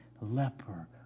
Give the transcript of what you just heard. leper